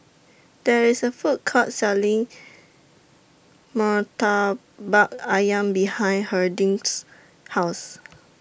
There IS A Food Court Selling Murtabak Ayam behind Harding's House